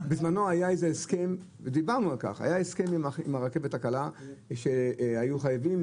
בזמנו ודיברנו על כך היה הסכם עם הרכבת הקלה שהיו חייבים,